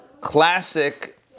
classic